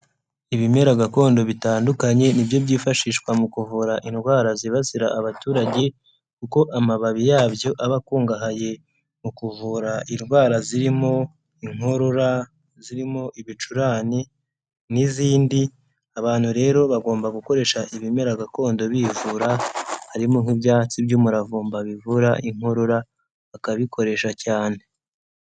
Ibimera gakondo bitandukanye nibyo byifashishwa mu kuvura indwara zibasira abaturage, kuko amababi yabyo aba akungahaye mu kuvura indwara zirimo inkorora, zirimo ibicurane n'izindi, abantu rero bagomba gukoresha ibimera gakondo bivura harimo nk'ibyatsi by'umuravumba bivura inkorora bakabikoresha cyane.